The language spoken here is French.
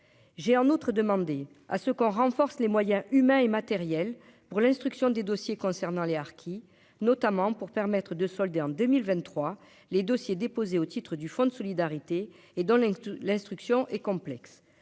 j'ai en outre demandé à ce qu'on renforce les moyens humains et matériels pour l'instruction des dossiers concernant les harkis, notamment pour permettre de solder en 2023 les dossiers déposés au titre du Fonds de solidarité et dans l'Ain, l'instruction est complexe,